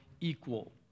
equal